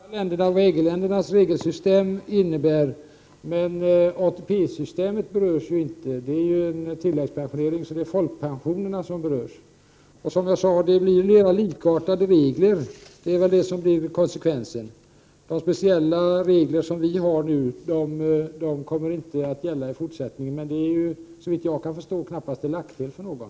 Herr talman! Vi vet ju vad andra länders och EG-länders regelsystem innebär. Men ATP-systemet berörs ju inte. Det är ju en tilläggspensionering, men det är folkpensionen som berörs. Som jag sade blir konsekvensen mera likartade regler. De speciella regler som vi har nu kommer inte att gälla i fortsättningen. Såvitt jag kan förstå är det knappast till någon nackdel för någon.